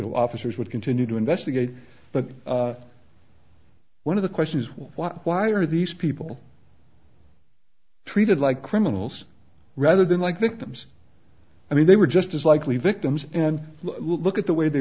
know officers would continue to investigate but one of the questions why are these people treated like criminals rather than like the comes i mean they were just as likely victims and look at the way they